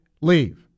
leave